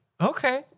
Okay